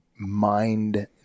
mind